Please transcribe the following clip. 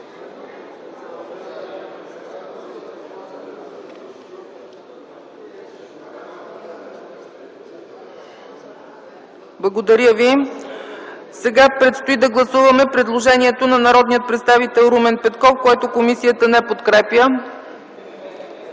по групи. Сега предстои да гласуваме предложението на народния представител Румен Петков, което комисията не подкрепя.